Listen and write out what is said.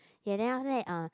ya then after that uh